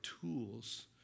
tools